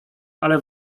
ale